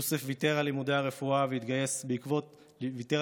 יוסף ויתר על לימודי הרפואה שלו והתגייס בעקבות אביו,